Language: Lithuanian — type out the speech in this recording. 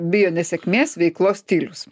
bijo nesėkmės veiklos stilius